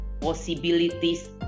possibilities